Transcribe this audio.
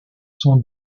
sont